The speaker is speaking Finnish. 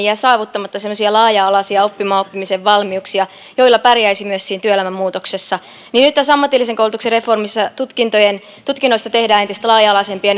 jää saavuttamatta semmoisia laaja alaisia oppimaan oppimisen valmiuksia joilla pärjäisi myös siinä työelämän muutoksessa nyt tässä ammatillisen koulutuksen reformissa tutkinnoista tehdään entistä laaja alaisempia